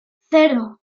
cero